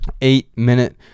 eight-minute